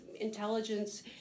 intelligence